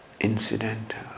incidental